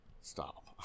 stop